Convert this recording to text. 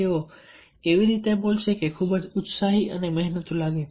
તેઓ એવી રીતે બોલશે કે લોકો ખૂબ જ ઉત્સાહી અને મહેનતુ લાગે